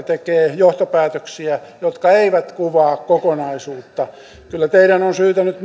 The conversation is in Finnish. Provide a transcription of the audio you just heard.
tekee johtopäätöksiä jotka eivät kuvaa kokonaisuutta kyllä teidän on syytä nyt